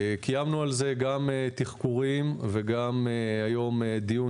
קיימנו על זה תחקורים וגם היום קיימנו דיון